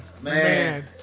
Man